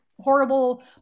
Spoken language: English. horrible